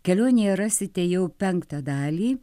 kelionėje rasite jau penktą dalį